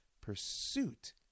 pursuit